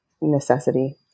necessity